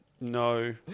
No